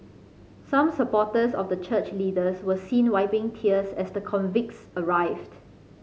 some supporters of the church leaders were seen wiping tears as the convicts arrived